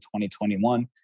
2021